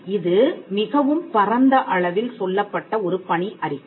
இது மிகவும் பரந்த அளவில் சொல்லப்பட்ட ஒரு பணி அறிக்கை